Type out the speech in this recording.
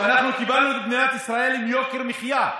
ואנחנו קיבלנו את מדינת ישראל עם יוקר מחיה.